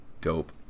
Dope